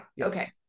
okay